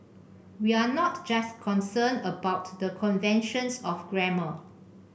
we're not just concerned about the conventions of grammar